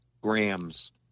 grams